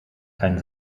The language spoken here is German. kein